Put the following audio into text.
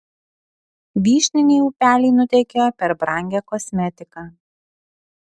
vyšniniai upeliai nutekėjo per brangią kosmetiką